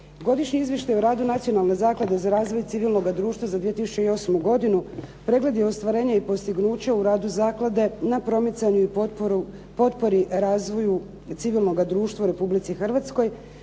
Godišnji izvještaj o radu Nacionalne zaklade za razvoj civilnoga društva za 2008. godinu pregled je ostvarenja i postignuća u radu zaklade na promicanju i potpori razvoju civilnoga društva u Republici Hrvatskoj.